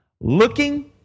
Looking